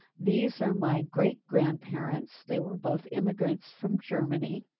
these are my great grandparents. they were both immigrants from germany.